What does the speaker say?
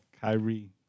Kyrie